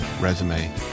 resume